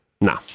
No